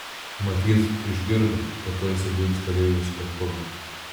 matyt išgirdo kad tuoj sodins keleivius į lėktuvą